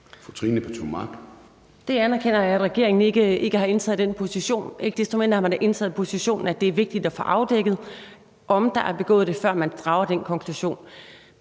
desto mindre har man da indtaget positionen, at det er vigtigt at få afdækket, om der er begået det, før man drager den konklusion.